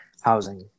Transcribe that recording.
housing